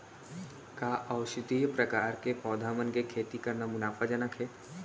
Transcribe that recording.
का औषधीय प्रकार के पौधा मन के खेती करना मुनाफाजनक हे?